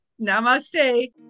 Namaste